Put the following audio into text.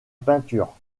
peinture